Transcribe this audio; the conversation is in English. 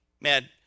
man